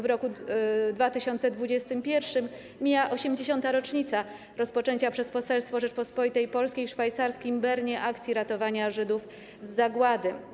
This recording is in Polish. W roku 2021 mija 80. rocznica rozpoczęcia przez Poselstwo Rzeczypospolitej Polskiej w szwajcarskim Bernie akcji ratowania Żydów z zagłady.